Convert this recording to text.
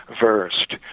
versed